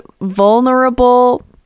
vulnerable